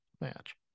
match